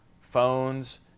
phones